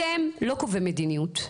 אתם לא קובעים מדיניות,